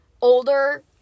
older